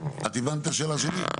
את הבנת את השאלה שלי?